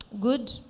Good